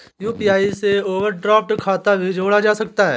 UPI से overdraft खाता भी जोड़ा जा सकता है